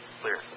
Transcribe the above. Clear